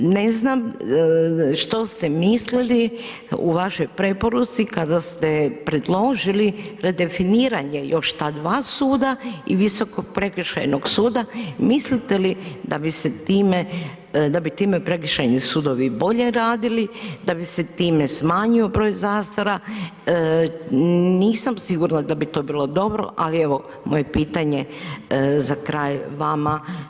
Ne znam što ste mislili u vašoj preporuci kada ste predložili redefiniranje još ta dva suda i Visokog prekršajnog suda, mislite li da bi se time, da bi time prekršajni sudovi bolje radili, da bi se time smanjio broj zastara, nisam sigurna da bit bilo dobro, ali evo moje pitanje za kraj vama.